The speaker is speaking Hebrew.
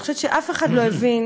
ואני חושבת שאף אחד לא הבין,